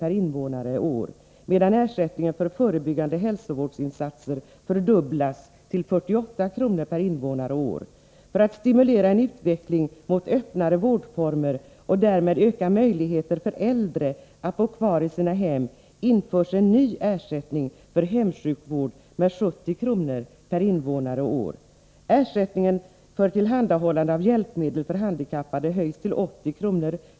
per invånare och år, medan ersättningen för förebyggande hälsovårdsinsatser fördubblas till 48 kr. per invånare och år. För att stimulera en utveckling mot öppnare vårdformer och därmed öka möjligheterna för äldre att bo kvar i sina hem införs en ny ersättning för hemsjukvård med 70 kr. per invånare och år. Ersättningen för tillhandahållande av hjälpmedel för handikappade höjs till 80 kr.